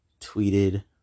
tweeted